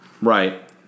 Right